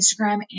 Instagram